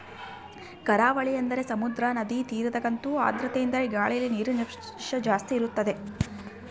ಕರಾವಳಿ ಅಂದರೆ ಸಮುದ್ರ, ನದಿ ತೀರದಗಂತೂ ಆರ್ದ್ರತೆಯೆಂದರೆ ಗಾಳಿಯಲ್ಲಿ ನೀರಿನಂಶ ಜಾಸ್ತಿ ಇರುತ್ತದೆ